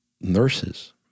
nurses